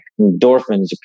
endorphins